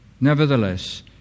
Nevertheless